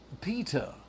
Peter